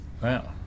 wow